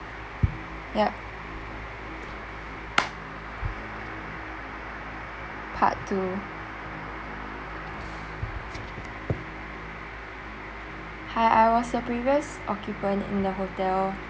yup part two hi I was the previous occupant in the hotel